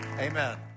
Amen